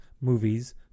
movies